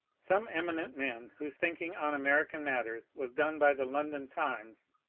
some eminent men, whose thinking on american matters was done by the london times,